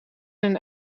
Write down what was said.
een